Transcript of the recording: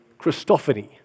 Christophany